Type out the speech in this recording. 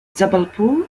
jabalpur